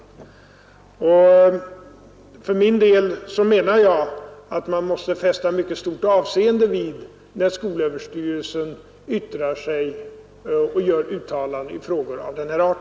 För min del menar jag att man måste fästa mycket stort avseende vid när SÖ yttrar sig och gör uttalanden i frågor av denna art.